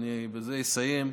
ובזה אני אסיים,